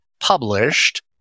published